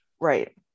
Right